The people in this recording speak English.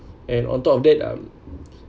and on top of that um